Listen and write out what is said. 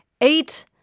eight